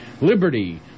Liberty